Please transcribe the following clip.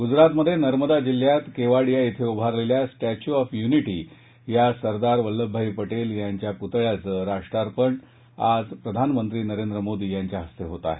गुजरातमध्ये नर्मदा जिल्ह्यात केवाडिया इथे उभारलेल्या स्टॅचू ऑफ युनिटी या सरदार वल्लभभाई पटेल यांच्या पुतळ्याचं राष्ट्रार्पण आज प्रधानमंत्री नरेंद्र मोदी यांच्या हस्ते होत आहे